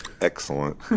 excellent